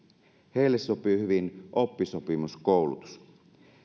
heille sopii hyvin oppisopimuskoulutus